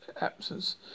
absence